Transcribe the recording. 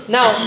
Now